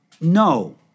no